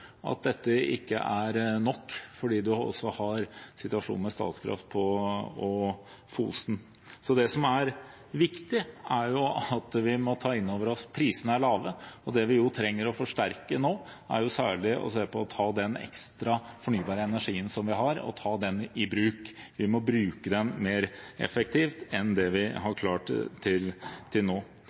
at dette ikke er nok, fordi man også har situasjonen med Statkraft og Fosen. Det som er viktig, er at vi må ta inn over oss at prisene er lave, og det vi trenger å forsterke nå, er å ta i bruk den ekstra fornybare energien som vi har. Vi må bruke den mer effektivt enn det vi har klart til nå.